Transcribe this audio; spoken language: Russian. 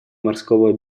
морского